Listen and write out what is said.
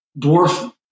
dwarf